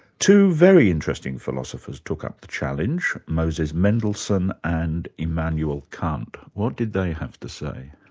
two very interesting philosophers took up the challenge, moses mendelssohn and immanuel kant what did they have to say?